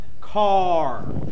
car